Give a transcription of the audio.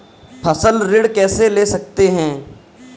फसल ऋण कैसे ले सकते हैं?